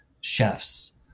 chefs